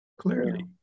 Clearly